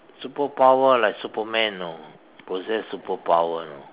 superpower like Superman you know possess superpower you know